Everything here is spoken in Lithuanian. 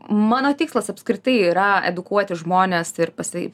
mano tikslas apskritai yra edukuoti žmones ir tai